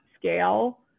scale